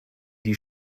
die